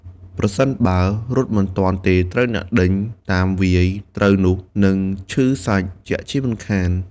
ប្រសិនបើរត់មិនទាន់ទេ ត្រូវអ្នកដេញតាមវាយត្រូវនោះនឹងឈឺសាច់ជាក់ជាមិនខាន។